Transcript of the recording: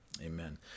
Amen